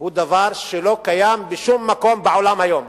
הוא דבר שלא קיים בשום מקום בעולם היום.